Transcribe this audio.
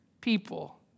people